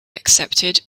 accepted